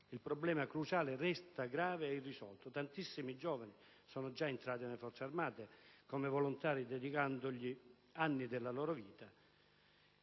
Il problema cruciale resta grave e irrisolto. Tantissimi giovani sono già entrati nelle Forze armate come volontari, dedicando loro anni della loro vita,